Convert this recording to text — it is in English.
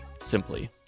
simply